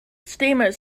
steamers